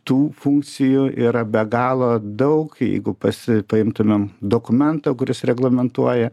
tų funkcijų yra be galo daug jeigu pasi paimtumėm dokumentą kuris reglamentuoja